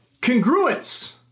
Congruence